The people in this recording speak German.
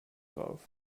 drauf